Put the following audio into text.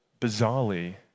bizarrely